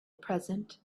present